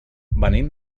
venim